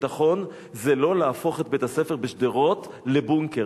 ביטחון זה לא להפוך את בית-הספר בשדרות לבונקר.